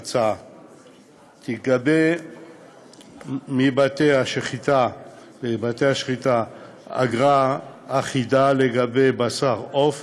ההצעה היא שתיגבה מבתי-השחיטה אגרה אחידה על בשר עוף